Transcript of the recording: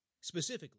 Specifically